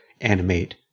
animate